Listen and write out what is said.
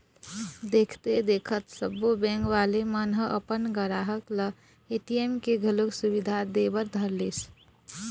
देखथे देखत सब्बो बेंक वाले मन ह अपन गराहक ल ए.टी.एम के घलोक सुबिधा दे बर धरलिस